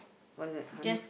what's that honey~